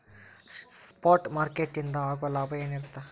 Spot ಮಾರುಕಟ್ಟೆಯಿಂದ ಆಗೋ ಲಾಭ ಏನಿರತ್ತ?